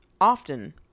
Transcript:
often